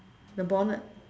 the bonnet